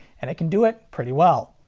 and it can do it pretty well.